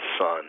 son